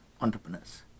entrepreneurs